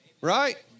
Right